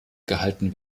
gehalten